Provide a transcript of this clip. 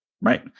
Right